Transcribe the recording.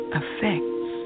affects